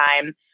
time